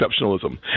exceptionalism